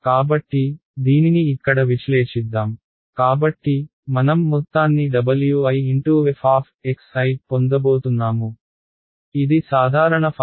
కాబట్టి దీనిని ఇక్కడ విశ్లేషిద్దాం కాబట్టి మనం మొత్తాన్ని Wif పొందబోతున్నాము ఇది సాధారణ ఫార్ములా